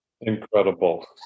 Incredible